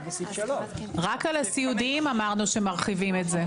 רק על הסיעודיים אמרנו שמרחיבים את זה.